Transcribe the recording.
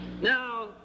now